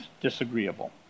disagreeable